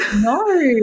No